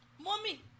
Mommy